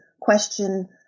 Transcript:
question